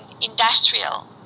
industrial